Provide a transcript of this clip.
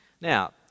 Now